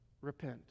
repent